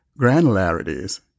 granularities